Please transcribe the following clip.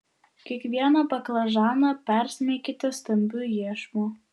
kiekvieną baklažaną persmeikite stambiu iešmu